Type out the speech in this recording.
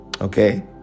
Okay